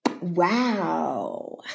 Wow